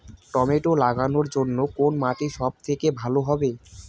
Tomato লাগানোর জন্যে কোন মাটি সব থেকে ভালো হবে?